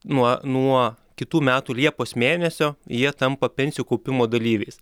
nuo nuo kitų metų liepos mėnesio jie tampa pensijų kaupimo dalyviais